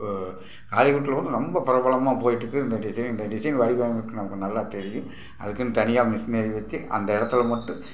ஹாலிவுட்டில் கூடும் ரொம்ப ப்ரபலமாக போயிட்ருக்கு இந்த டிசைனு இந்த டிசைனு வடிவமைப்பு நமக்கு நல்லா தெரியும் அதுக்குனு தனியாக மிஷினரி வச்சி அந்த இடத்துல மட்டும்